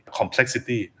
complexity